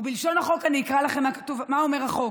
ובלשון החוק, אני אקריא לכם מה אומר החוק: